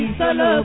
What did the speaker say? solo